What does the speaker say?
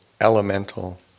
elemental